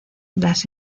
las